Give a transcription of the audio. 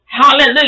Hallelujah